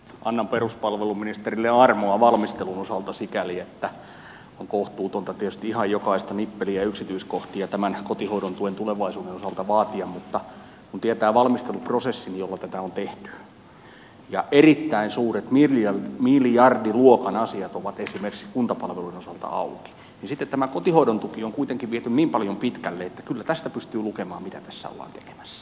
annan peruspalveluministerille armoa valmistelun osalta sikäli että on kohtuutonta tietysti ihan jokaista nippeliä ja yksityiskohtaa tämän kotihoidon tuen tulevaisuuden osalta vaatia mutta kun tietää valmisteluprosessin jolla tätä on tehty ja erittäin suuret miljardiluokan asiat ovat esimerkiksi kuntapalveluiden osalta auki niin sitten tämä kotihoidon tuki on kuitenkin viety niin paljon pitkälle että kyllä tästä pystyy lukemaan mitä tässä ollaan tekemässä